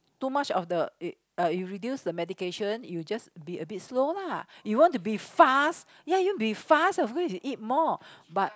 too much of the uh you reduce the medication you'll just be a bit slow lah you want to be fast ya you want to be fast of course you've to eat more but